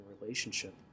relationship